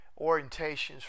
orientations